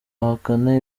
ahakana